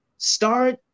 Start